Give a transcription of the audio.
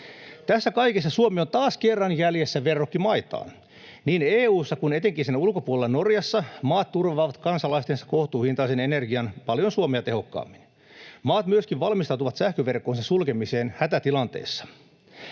Tässä kaikessa Suomi on taas kerran jäljessä verrokkimaitaan. Niin EU:ssa kuin etenkin sen ulkopuolella Norjassa maat turvaavat kansalaistensa kohtuuhintaisen energian paljon Suomea tehokkaammin. Maat myöskin valmistautuvat sähköverkkonsa sulkemiseen hätätilanteessa.